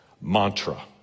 mantra